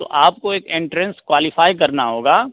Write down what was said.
तो आपको एक एंट्रेन्स क्वालीफ़ाई करना होगा